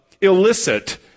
illicit